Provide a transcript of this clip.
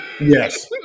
Yes